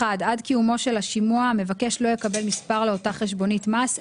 (1) עד קיומו של השימוע המבקש לא יקבל מספר לאותה חשבונית מס,